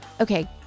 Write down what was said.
Okay